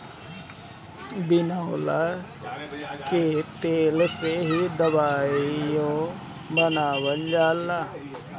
बिनौला के तेल से दवाईओ बनावल जाला